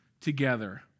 together